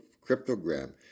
cryptogram